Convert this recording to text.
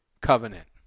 Covenant